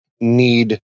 need